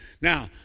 Now